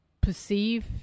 perceive